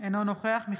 אינו נוכח אלעזר שטרן,